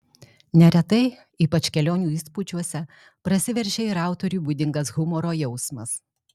neretai ypač kelionių įspūdžiuose prasiveržia ir autoriui būdingas humoro jausmas